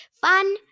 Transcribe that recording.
Fun